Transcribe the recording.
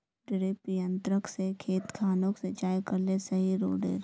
डिरिपयंऋ से खेत खानोक सिंचाई करले सही रोडेर?